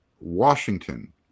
Washington